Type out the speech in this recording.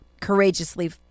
courageously